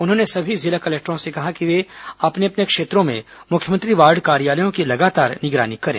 उन्होंने सभी जिला कलेक्टरों से कहा कि वे अपने अपने क्षेत्रों में मुख्यमंत्री वार्ड कार्यालयों की लगातार निगरानी करें